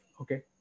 Okay